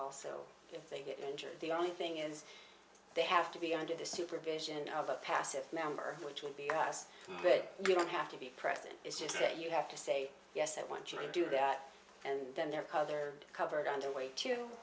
also if they get injured the only thing is they have to be under the supervision of a passive member which will be nice but you don't have to be present it's just that you have to say yes i want you to do that and then their cars are covered under way to